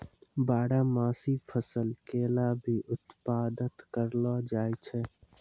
बारहमासी फसल केला भी उत्पादत करलो जाय छै